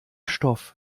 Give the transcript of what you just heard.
stoff